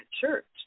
Church